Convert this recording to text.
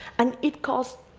and it caused